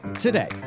Today